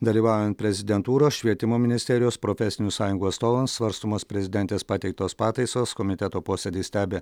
dalyvaujant prezidentūros švietimo ministerijos profesinių sąjungų atstovams svarstomos prezidentės pateiktos pataisos komiteto posėdį stebi